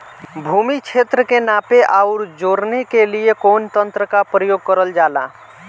भूमि क्षेत्र के नापे आउर जोड़ने के लिए कवन तंत्र का प्रयोग करल जा ला?